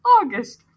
August